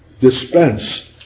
dispense